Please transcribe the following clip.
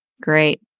Great